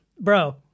bro